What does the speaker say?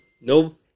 no